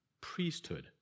priesthood